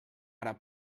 ara